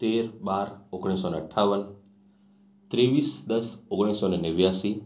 તેર બાર ઓગણીસસો ને અઠ્ઠાવન ત્રેવીસ દસ ઓગણીસસો ને નેવ્યાશી